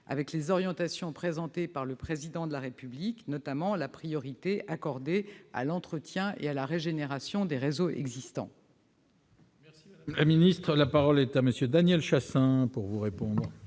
avec les orientations présentées par le Président de la République, notamment la priorité accordée à l'entretien et la régénération des réseaux existants.